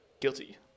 guilty